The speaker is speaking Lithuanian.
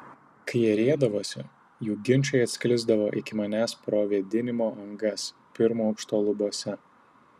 kai jie riedavosi jų ginčai atsklisdavo iki manęs pro vėdinimo angas pirmo aukšto lubose